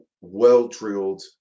well-drilled